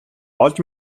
олж